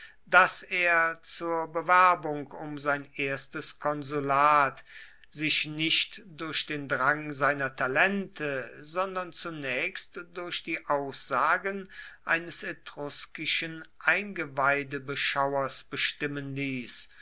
daß er zur bewerbung um sein erstes konsulat sich nicht durch den drang seiner talente sondern zunächst durch die aussagen eines etruskischen eingeweidebeschauers bestimmen ließ